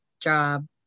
job